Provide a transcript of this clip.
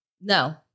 No